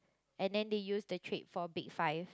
and then they use the trait for big five